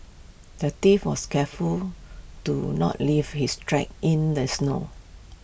the thief was careful to not leave his tracks in the snow